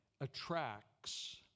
attracts